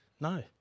No